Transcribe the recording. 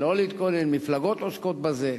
להתכונן, לא להתכונן, מפלגות עוסקות בזה.